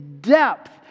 depth